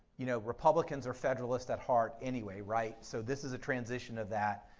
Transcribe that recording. you know, republicans are federalists at heart anyway, right, so this is a transition of that.